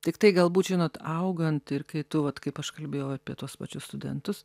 tiktai galbūt žinot augant ir kai tu vat kaip aš kalbėjau apie tuos pačius studentus